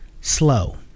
slow